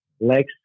legs